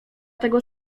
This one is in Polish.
tego